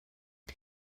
ond